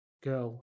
girl